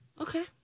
Okay